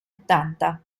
ottanta